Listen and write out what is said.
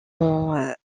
ont